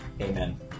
Amen